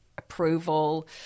approval